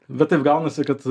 bet taip gaunasi kad